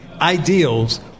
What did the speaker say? ideals